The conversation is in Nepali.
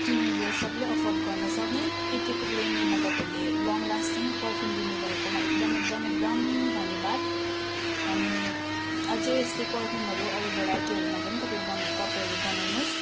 टिन एजर सबैले एफोर्ड गर्न सक्ने त्यतिको रेन्जमा तपाईँहरूले लङ लास्टिङ पर्फियुम दिनुभएकोमा एकदम एकदम एकदम धन्यवाद अनि अझै यस्तै पर्फियुम अरू भेराइटीहरूमा पनि तपाईँ बनाउ तपाईँहरू बनाउनुहोस्